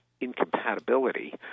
incompatibility